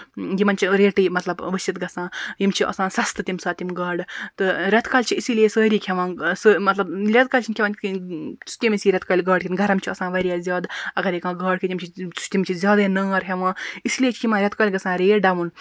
یِمن چھِ ریٹٕے مطلب ؤسِتھ گژھان یِم چھِ آسان سَستہٕ تَمہِ ساتہٕ یِم گاڈٕ تہٕ ریٚتہٕ کالہِ چھِ اسی لیے سٲری کھیٚوان مطلب ریٚتہٕ کالہِ چھِنہٕ کھیٚوان تِتھ کٔنۍ سُہ کٔمِس ییہِ ریٚتہٕ کالہِ گاڈٕ کھیٚنہٕ گرَم چھُ آسان واریاہ زیادٕ اَگرے کانٛہہ گاڈٕ کھیٚیہِ تٔمِس چھُ زیادَے نار ہیٚوان اس لیے چھِ یِمن ریٚتہٕ کالہِ گژھان ریٹ ڈَوُن